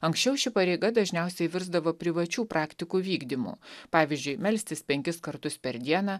anksčiau ši pareiga dažniausiai virsdavo privačių praktikų vykdymu pavyzdžiui melstis penkis kartus per dieną